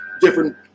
different